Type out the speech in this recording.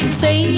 say